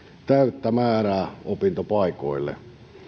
täyttä määrää opintopaikoille